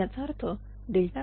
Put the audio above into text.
तरी याचा अर्थ PgE1SKrTr1STt